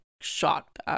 shocked